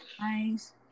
Nice